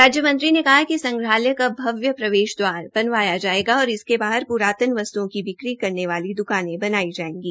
राज्य मंत्री ने कहा कि संग्रहालय का भव्य प्रवेश द्वार बनवाया जाएगा और इसके बाहर पुरातन वस्तुओं की बिक्री करने वाली दुकानें बनाई जाएंगी